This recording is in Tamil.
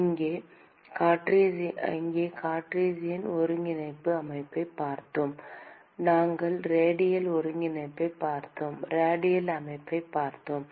இங்கே கார்ட்டீசியன் ஒருங்கிணைப்பு அமைப்பைப் பார்த்தோம் நாம் ரேடியல் ஒருங்கிணைப்புகளைப் பார்த்தோம் ரேடியல் அமைப்பைப் பார்த்தோம்